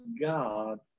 God